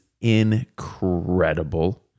incredible